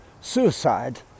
suicide